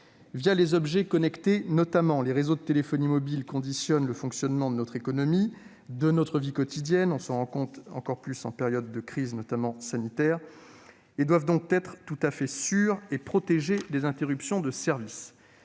Via les objets connectés, les réseaux de téléphonie mobile conditionnent le fonctionnement de notre économie et de notre vie quotidienne, ce qui est d'autant plus vrai en période de crise sanitaire. Ils doivent donc être tout à fait sûrs et protégés des interruptions de service.